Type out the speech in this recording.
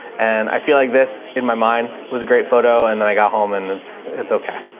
and i feel like this in my mind was a great photo and then i got home and it's, it's okay